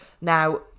Now